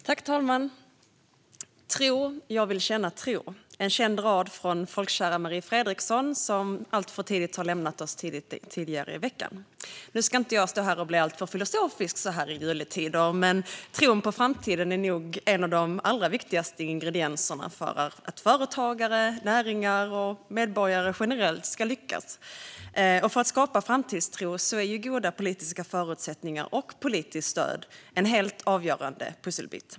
Fru talman! "Tro, jag vill känna tro" är en känd rad från folkkära Marie Fredriksson, som alltför tidigt lämnade oss tidigare i veckan. Nu ska inte jag stå här och bli alltför filosofisk så här i juletider, men tron på framtiden är nog en av de allra viktigaste ingredienserna för att företagare, näringar och medborgare generellt ska lyckas. Och för att skapa framtidstro är goda politiska förutsättningar och politiskt stöd en helt avgörande pusselbit.